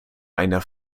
einer